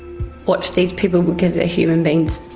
watch these people, because they're human beings.